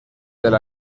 del